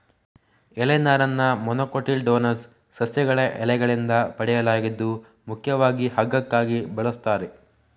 ಎಲೆ ನಾರನ್ನ ಮೊನೊಕೊಟಿಲ್ಡೋನಸ್ ಸಸ್ಯಗಳ ಎಲೆಗಳಿಂದ ಪಡೆಯಲಾಗಿದ್ದು ಮುಖ್ಯವಾಗಿ ಹಗ್ಗಕ್ಕಾಗಿ ಬಳಸ್ತಾರೆ